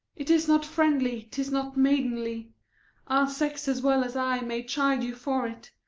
it is not friendly, tis not maidenly our sex, as well as i, may chide you for it,